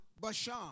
Bashan